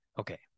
Okay